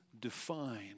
define